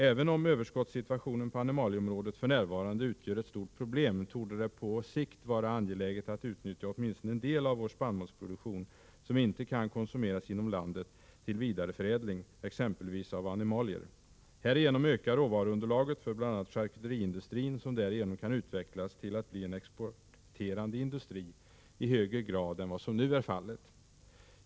Även om överskottssituationen på animalieområdet f.n. utgör ett stort problem, torde det på sikt vara angeläget att utnyttja åtminstone en del av vår spannmålsproduktion som inte kan konsumeras inom landet till vidareförädling, exempelvis av animalier. Härigenom ökar råvaruunderlaget för bl.a. charkuteriindustrin, som därigenom kan utvecklas till att bli en exporterande industri i högre grad än vad som nu är fallet.